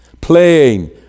playing